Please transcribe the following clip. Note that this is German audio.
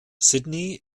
sydney